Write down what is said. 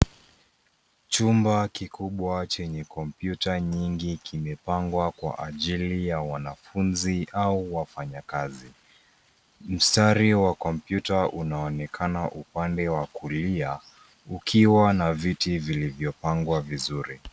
Chimba kikubwa chenye kompyuta nyingi kimepangwa kwa ajili ya wanafunzi au wafanyakazi. Mstari wa kompyuta unaonekana upande wa kulia ukiwa na viti vilivyopangwa vizuri.